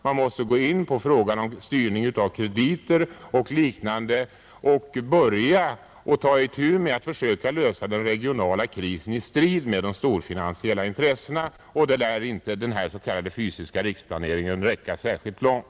Man måste gå in på frågan om styrning av krediter och liknande och ta itu med att försöka lösa den regionala krisen i strid med de storfinansiella intressena. Där lär inte denna s.k. fysiska riksplanering räcka särskilt långt.